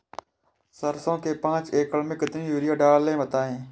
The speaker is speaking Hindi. सरसो के पाँच एकड़ में कितनी यूरिया डालें बताएं?